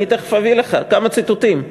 ואני תכף אביא לך כמה ציטוטים,